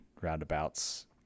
roundabouts